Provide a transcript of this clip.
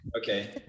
Okay